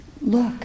look